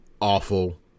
awful